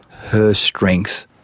her strength,